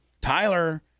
Tyler